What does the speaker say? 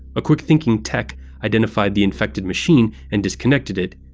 a quick-thinking tech identified the infected machine and disconnected it.